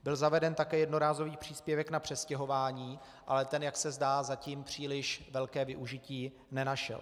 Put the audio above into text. Byl zaveden také jednorázový příspěvek na přestěhování, ale ten, jak se zdá, zatím příliš velké využití nenašel.